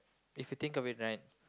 if you think of it right